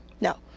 no